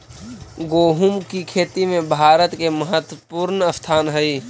गोहुम की खेती में भारत के महत्वपूर्ण स्थान हई